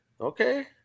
Okay